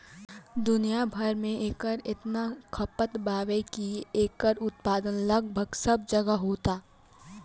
दुनिया भर में एकर इतना खपत बावे की एकर उत्पादन लगभग सब जगहे होता